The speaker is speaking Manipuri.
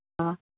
ꯑ